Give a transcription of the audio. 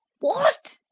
what!